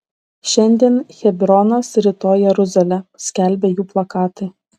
šiandien hebronas rytoj jeruzalė skelbė jų plakatai